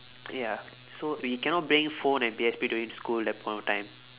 ya so we cannot bring phone and P_S_P during to school that point of time